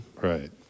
Right